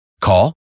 Call